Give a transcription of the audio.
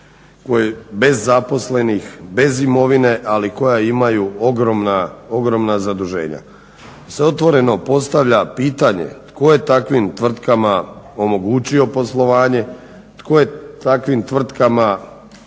bez zaposlenih, bez imovine, ali koja imaju ogromna zaduženja. Se otvoreno postavlja pitanje tko je takvim tvrtkama omogućio poslovanje, tko je takvim tvrtkama